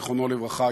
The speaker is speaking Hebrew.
זיכרונו לברכה,